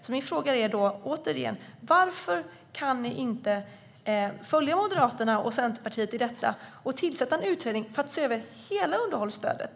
Jag frågar därför igen: Varför kan ni inte följa Moderaterna och Centerpartiet i detta och tillsätta en utredning för att se över hela underhållsstödet?